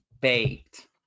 baked